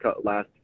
last